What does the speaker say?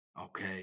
Okay